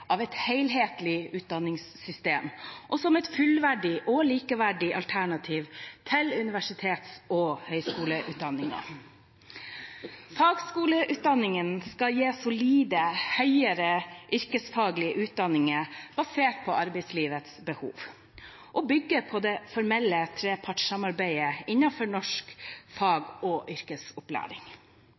av et helhetlig utdanningssystem og et fullverdig og likeverdig alternativ til universitets- og høgskoleutdanningene. Fagskoleutdanningene skal gi solide høyere yrkesfaglige utdanninger basert på arbeidslivets behov og skal bygge på det formelle trepartssamarbeidet innenfor norsk fag- og yrkesopplæring.